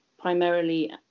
primarily